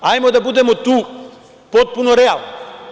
Hajde da budemo tu potpuno realni.